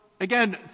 Again